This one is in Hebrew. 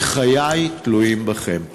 כי חיי תלויים בכם.